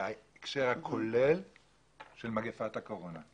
בהקשר הכולל של מגפת הקורונה.